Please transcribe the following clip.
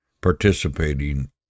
participating